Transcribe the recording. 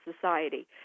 society